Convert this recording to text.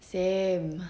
same